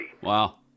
Wow